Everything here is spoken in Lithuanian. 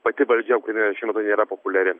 pati valdžia ukrainoje šiuo metu nėra populiari